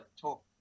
talk